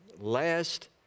last